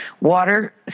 Water